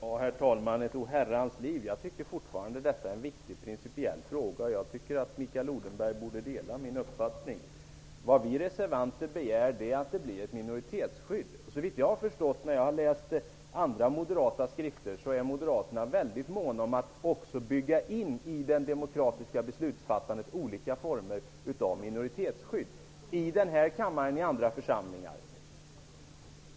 Herr talman! Mikael Odenberg talade om ''ett oherrans liv''. Jag tycker fortfarande att detta är en viktig principiell fråga. Mikael Odenberg borde dela denna min uppfattning. Vi reservanter begär att det skall införas ett minoritetsskydd. Jag har läst andra moderata skrifter, och såvitt jag har förstått är moderaterna väldigt måna om att i det demokratiska beslutsfattandet också bygga in olika former av minoritetsskydd. Det gäller i den här kammaren och i andra församlingar.